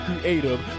creative